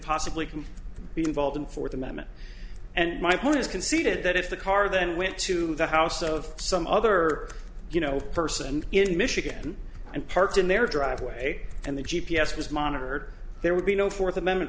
possibly can be involved in for the moment and my point is conceded that if the car then went to the house of some other you know person in michigan and parked in their driveway and the g p s was monitored there would be no fourth amendment